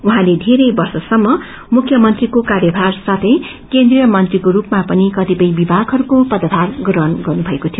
उहाँले वेरै वर्षसम्प मुख्यमंत्रीको कार्यभार साथै केन्द्रियश् मंत्रीको रूपामा पनि क्रतिपय विभागहरूको पदथार ग्रहण गर्नुषएको थियो